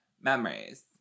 Memories